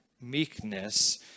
meekness